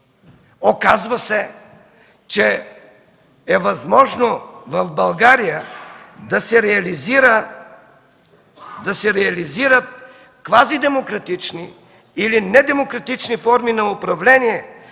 Оказва се, че в България е възможно да се реализират квази демократични или недемократични форми на управление